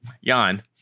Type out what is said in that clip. Yan